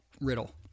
riddle